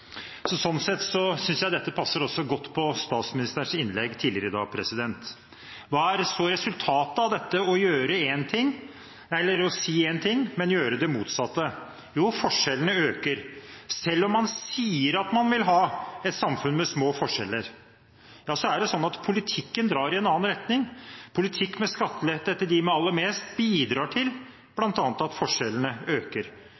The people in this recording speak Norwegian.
Sånn sett synes jeg dette passer godt også på statsministerens innlegg tidligere i dag. Hva er så resultatet av det å si en ting, men gjøre det motsatte? Jo, forskjellene øker. Selv om man sier at man vil ha et samfunn med små forskjeller, er det sånn at politikken drar i en annen retning. En politikk med skattelette til dem med aller mest bidrar til at bl.a. forskjellene øker